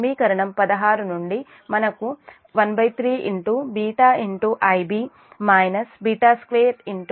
సమీకరణం 16 నుండి మనము 13 β Ib β2 Ib అని రాసుకోవచ్చు